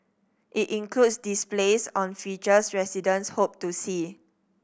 it includes displays on features residents hope to see